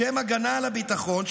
בשם הגנה על הביטחון,